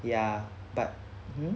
ya but hmm